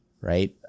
right